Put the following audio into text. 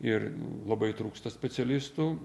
ir labai trūksta specialistų